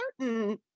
certain